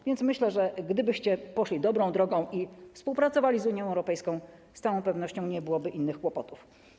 A więc myślę, że gdybyście poszli dobrą drogą i współpracowali z Unią Europejską, z całą pewnością nie byłoby innych kłopotów.